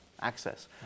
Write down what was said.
access